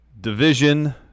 division